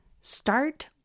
Start